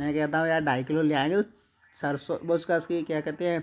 मैं कहता हूँ यार ढाई किलो क्या कहते हैं